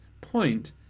point